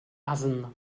асӑннӑ